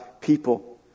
people